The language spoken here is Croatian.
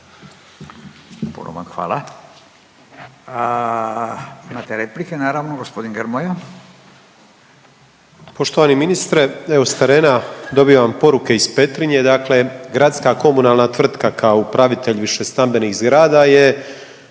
Puno vam hvala. Imate replike naravno, g. Grmoja. **Grmoja, Nikola (MOST)** Poštovani ministre, evo s terena dobivam poruke iz Petrinje, dakle Gradska komunalna tvrtka kao upravitelj višestambenih zgrada je